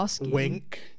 wink